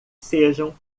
sejam